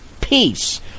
peace